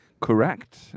Correct